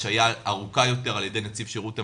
השעיה ארוכה יותר על נציב שירות המדינה,